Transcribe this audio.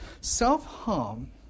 Self-harm